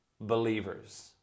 believers